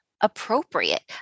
appropriate